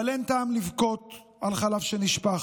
אבל אין טעם לבכות על חלב שנשפך.